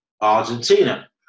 Argentina